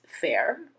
fair